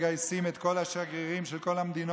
מגייסים את כל השגרירים של כל המדינות